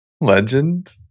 legend